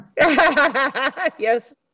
yes